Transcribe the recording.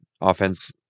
offense